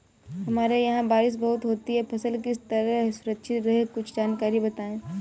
हमारे यहाँ बारिश बहुत होती है फसल किस तरह सुरक्षित रहे कुछ जानकारी बताएं?